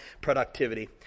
productivity